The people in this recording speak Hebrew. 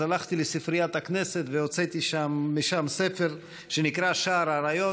אז הלכתי לספריית הכנסת והוצאתי משם ספר שנקרא שער האריות.